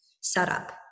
setup